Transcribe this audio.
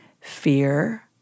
fear